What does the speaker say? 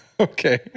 Okay